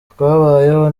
twabayeho